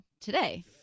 today